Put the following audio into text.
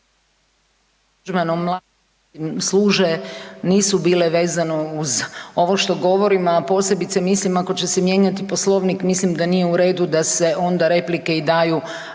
služe, nisu bile vezano uz ovo što govorim, a posebice mislim, ako će se mijenjati Poslovnik, mislim da nije u redu da se onda replike i daju,